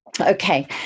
Okay